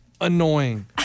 annoying